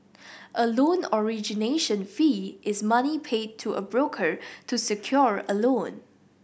a loan origination fee is money paid to a broker to secure a loan